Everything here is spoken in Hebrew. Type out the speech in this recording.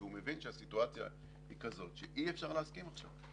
כי הוא מבין שהסיטואציה היא כזאת שאי אפשר להסכים עכשיו.